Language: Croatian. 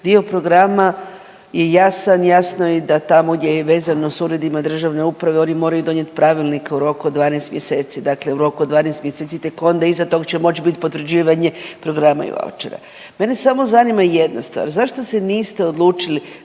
dio programa, i jasan, jasno je i da tamo gdje je vezano s uredima državne uprave, oni moraju donijeti pravilnik u roku od dvanaest mjeseci. Dakle u roku od dvanaest mjeseci, tek onda iza tog će moć biti potvrđivanje programa i vaučera. Mene samo zanima jedna stvar – zašto se niste odlučili